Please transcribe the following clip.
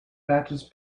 batches